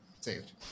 saved